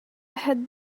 had